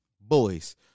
boys